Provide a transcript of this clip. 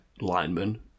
lineman